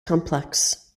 complex